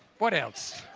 what else?